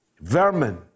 vermin